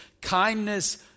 kindness